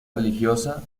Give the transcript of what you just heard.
religiosa